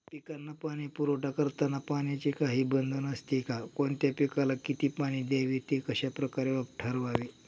पिकांना पाणी पुरवठा करताना पाण्याचे काही बंधन असते का? कोणत्या पिकाला किती पाणी द्यावे ते कशाप्रकारे ठरवावे?